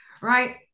right